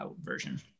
version